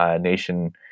nation